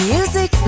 Music